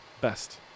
Best